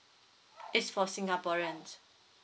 it's for singaporeans